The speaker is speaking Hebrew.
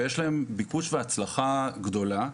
ויש להם ביקוש והצלחה גדולים.